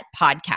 podcast